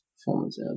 performance